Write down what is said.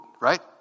right